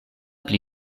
pli